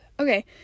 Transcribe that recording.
Okay